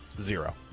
Zero